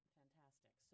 fantastic